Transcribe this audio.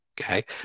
okay